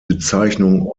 bezeichnung